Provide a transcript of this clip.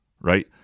right